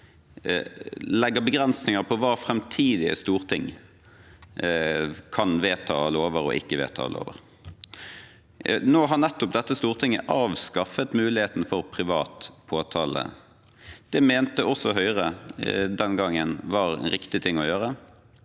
legger begrensninger på hva framtidige storting kan vedta og ikke vedta av lover. Nå har nettopp dette stortinget avskaffet muligheten for privat påtale. Det mente også Høyre den gangen var riktig å gjøre,